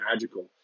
magical